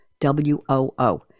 W-O-O